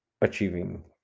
achieving